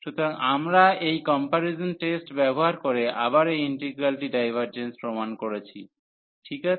সুতরাং আমরা এই কম্পারিজন টেস্ট ব্যবহার করে আবার এই ইন্টিগ্রালটির ডাইভার্জেন্স প্রমাণ করেছি ঠিক আছে